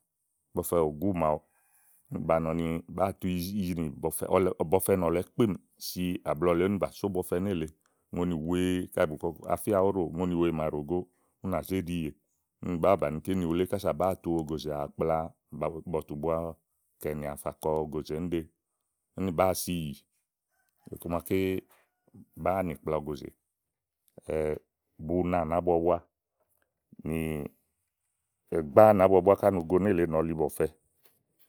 bɔfɛ ògú màa ɖu ba nɔ ni bàáa tu ízi nì bɔ fɛ, bɔfɛ nɔ̀lɛ kpíìm si àblɔ lèe úni bà só bɔfɛ nélèe úni ùŋonì wèe kàɖi bù kɔ afía òɖò ùŋonì wèe màa ɖòo gó ú nà fè ɖìi yè úni bàáa bàni kíni wulé kása bàáa tu ògòzè àkpla bɔ̀tù fà kɔ ògòzè níɖe. uni bàáa si ìyì iku maké bàáa ni kpla ògòzè buna nàábu a búá nì ìgbá nàábua búá no go nélèe nɔ̀ɔ libɔ̀fɛ.